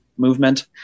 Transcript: movement